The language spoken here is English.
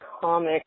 comic